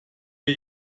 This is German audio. wir